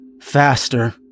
faster